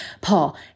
Paul